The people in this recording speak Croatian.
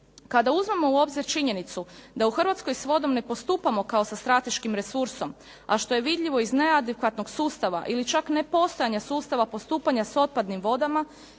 Kada uzmemo u obzir činjenicu da u Hrvatskoj s vodom ne postupamo kao sa strateškim resursom, a što je vidljivo iz neadekvatnog sustava ili čak nepostojanja sustava postupanja sa otpadnim vodama